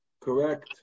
Correct